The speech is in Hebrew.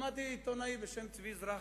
שמעתי עיתונאי בשם צבי זרחיה.